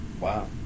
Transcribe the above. Wow